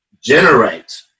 generate